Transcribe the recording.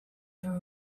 are